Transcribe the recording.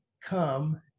Come